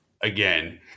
Again